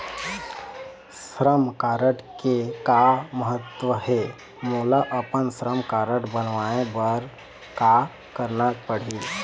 श्रम कारड के का महत्व हे, मोला अपन श्रम कारड बनवाए बार का करना पढ़ही?